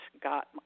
got